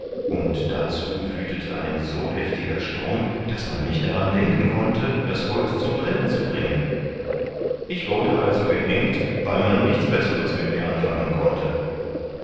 und dazu wüthete ein so heftiger sturm daß man nicht daran denken konnte das holz zum brennen zu bringen ich wurde also gehängt weil man nichts besseres mit mir anfangen konnte